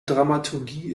dramaturgie